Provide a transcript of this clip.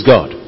God